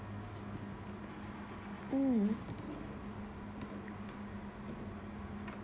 mm